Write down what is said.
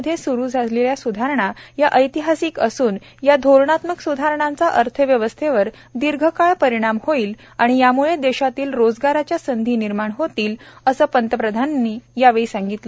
मध्ये स्रू झालेल्या सुधारणा या ऐतिहासिक असून या धोरणात्मक सुधारणांचा अर्थव्यवस्थेवर दीर्घकाळ परिणाम होईल आणि यामुळे देशातील रोजगाराच्या संधी निर्माण होतील असं ही पंतप्रधानांनी यावेळी सांगितलं